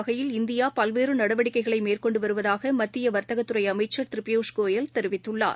வகையில் இந்தியாபல்வேறுநடவடிக்கைகளைமேற்கொண்டுவருவதாகமத்தியவர்த் தகத்துறைஅமைச்சர் திருபியூஷ் கோயல் தெரிவித்துள்ளார்